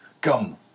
Come